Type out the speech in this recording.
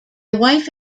wife